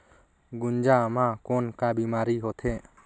गुनजा मा कौन का बीमारी होथे?